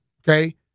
Okay